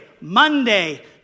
Monday